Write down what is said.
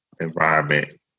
environment